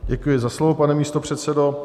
Děkuji za slovo, pane místopředsedo.